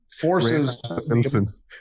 Forces